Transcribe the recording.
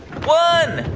one.